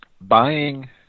buying